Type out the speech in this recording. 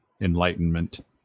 enlightenment